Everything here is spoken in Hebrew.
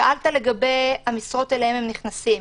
שאלת לגבי המשרות שאליהם הם נכנסים.